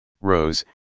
rose